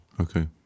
Okay